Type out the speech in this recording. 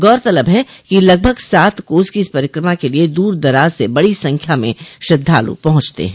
गौरतलब है कि लगभग सात कोस की इस परिक्रमा के लिये दूर दराज से बड़ी संख्या में श्रद्वालु पहुंचते हैं